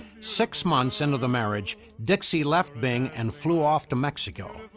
six months into the marriage, dixie left bing and flew off to mexico.